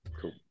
cool